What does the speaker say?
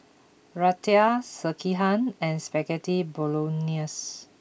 Raita Sekihan and Spaghetti Bolognese